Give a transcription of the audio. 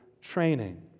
training